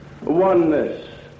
Oneness